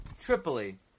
Tripoli